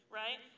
right